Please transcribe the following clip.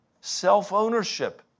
Self-ownership